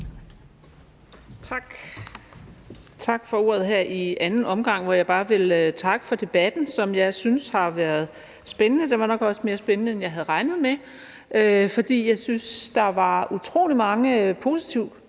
(DF): Tak for ordet her i anden omgang, hvor jeg bare vil takke for debatten, som jeg synes har været spændende. Den har nok også været mere spændende, end jeg havde regnet med, for jeg synes, der var utrolig mange positive